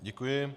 Děkuji.